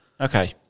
Okay